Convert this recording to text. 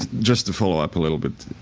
just to follow up a little bit.